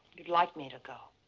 you'd like me to go.